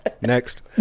Next